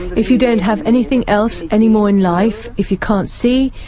if you don't have anything else anymore in life, if you can't see,